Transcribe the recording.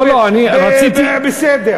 לא לא, אני רציתי, בסדר.